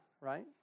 right